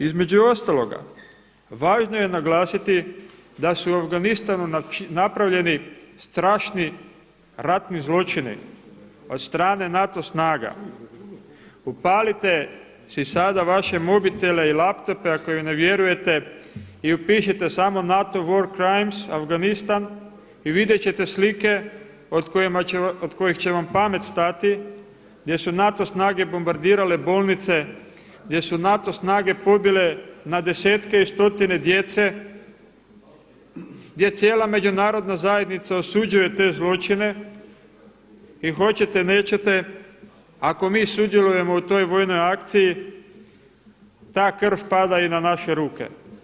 Između ostaloga važno je naglasiti da su u Afganistanu napravljeni strašni ratni zločini od strane NATO snaga, upalite si sada vaše mobitele i laptope ako mi ne vjerujete i upišite samo NATO War Crimes Afganistan i vidjet ćete slike od kojih će vam pamet stati, gdje su NATO snage bombardirale bolnice, gdje su NATO snage pobile na desetke i stotine djece, gdje cijela međunarodna zajednica osuđuje te zločine i hoćete neće ako mi sudjelujemo u toj vojnoj akciji ta krv pada i na naše ruke.